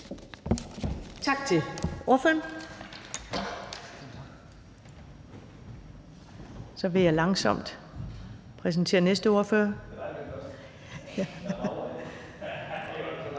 Tak til ordføreren. Så vil jeg langsomt præsentere næste ordfører.